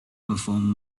perform